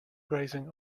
grazing